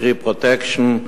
קרי "פרוטקשן",